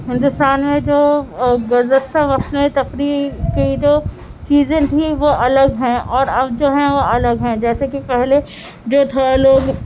ہندوستان میں جو گزشتہ جشن تقریب کی جو چیزیں تھیں وہ الگ ہیں اور اب جو ہیں وہ الگ ہیں جیسے کہ پہلے جو تھے لوگ